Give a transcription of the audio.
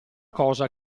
cosa